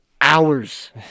hours